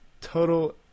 total